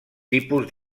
tipus